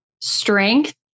strength